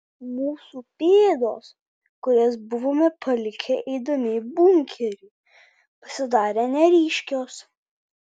mūsų pėdos kurias buvome palikę eidami į bunkerį pasidarė neryškios